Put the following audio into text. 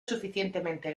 suficientemente